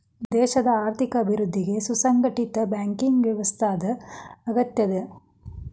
ದೇಶದ್ ಆರ್ಥಿಕ ಅಭಿವೃದ್ಧಿಗೆ ಸುಸಂಘಟಿತ ಬ್ಯಾಂಕಿಂಗ್ ವ್ಯವಸ್ಥಾದ್ ಅಗತ್ಯದ